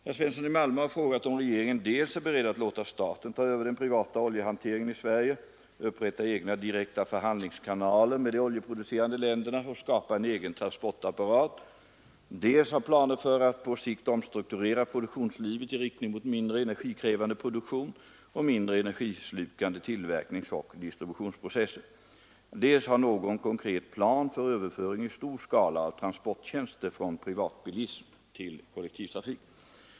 Herr Svensson i Malmö har frågat om regeringen dels är beredd att låta staten ta över den privata oljehanteringen i Sverige, upprätta egna direkta förhandlingskanaler med de oljeproducerande länderna och skapa en egen transportapparat, dels har planer för att på sikt omstrukturera produktionslivet i riktning mot mindre energikrävande produktion och mindre energislukande tillverkningsoch distributionsprocesser, dels har någon beroende av multinationella företag, konkret plan för överföring i stor skala av transporttjänster från privatbilism till kollektivtrafik.